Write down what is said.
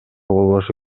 болбошу